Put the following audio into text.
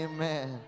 Amen